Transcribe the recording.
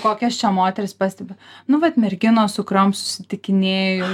kokias čia moteris pastebi nu vat merginos su kuriom susitikinėju